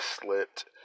slipped